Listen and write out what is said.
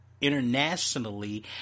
internationally